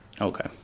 okay